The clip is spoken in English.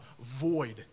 void